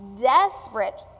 desperate